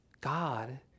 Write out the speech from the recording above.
God